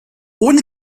ohne